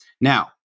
Now